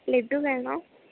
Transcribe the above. ലഡു വേണോ